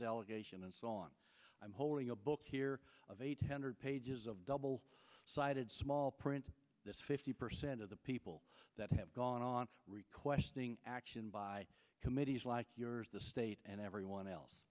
allegation and so on i'm holding a book here of eight hundred pages of double sided small print fifty percent of the people that have gone on requesting action by committees like the state and everyone